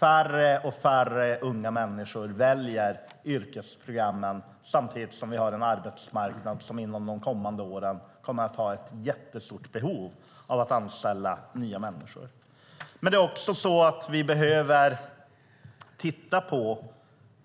Färre och färre unga människor väljer yrkesprogrammen samtidigt som vi har en arbetsmarknad som inom de kommande åren kommer att ha ett stort behov av att anställa nya människor. Vi behöver också titta på